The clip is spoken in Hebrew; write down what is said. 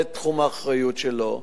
זה תחום האחריות שלו.